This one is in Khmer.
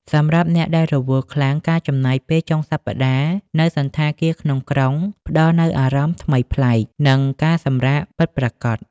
សម្រាប់អ្នកដែលរវល់ខ្លាំង ការចំណាយពេលចុងសប្តាហ៍នៅសណ្ឋាគារក្នុងក្រុង ផ្ដល់នូវអារម្មណ៍ថ្មីប្លែក និងការសម្រាកពិតប្រាកដ។